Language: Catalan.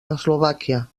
eslovàquia